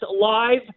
live